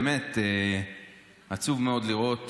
באמת עצוב מאוד לראות